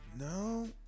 No